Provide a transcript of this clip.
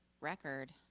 record